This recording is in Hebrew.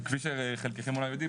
כפי שחלקכם אולי יודעים,